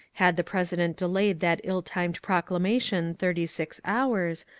had the president delayed that ill-timed proclamation thirty-six hours,